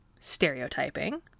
stereotyping